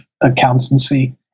accountancy